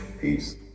peace